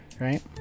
right